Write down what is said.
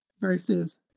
versus